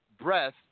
breath